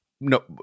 No